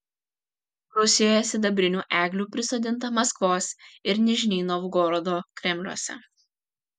rusijoje sidabrinių eglių prisodinta maskvos ir nižnij novgorodo kremliuose